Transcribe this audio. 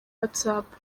whatsapp